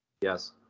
Yes